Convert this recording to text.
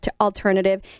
Alternative